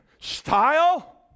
style